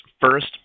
first